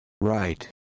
Right